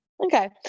Okay